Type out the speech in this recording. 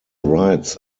rights